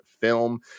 Film